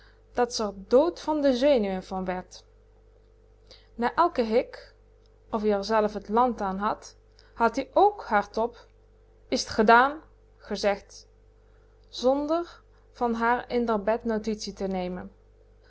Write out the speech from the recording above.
dat ze r dood van de zenuwen van werd na eiken hik ofie r zelf t land an had had-ie k hardop is t gedaan gezegd zonder van haar in d'r bed notitie te nemen